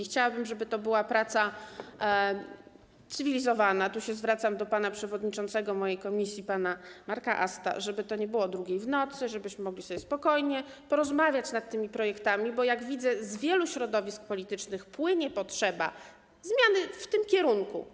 Chciałabym, żeby to była praca cywilizowana - tu zwracam się do przewodniczącego mojej komisji pana Marka Asta - żeby to nie było o godz. 2 w nocy, żebyśmy mogli sobie spokojnie porozmawiać o tych projektach, bo jak widzę, z wielu środowisk politycznych płynie potrzeba zmiany idącej w tym kierunku.